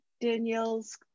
Danielle's